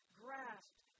grasped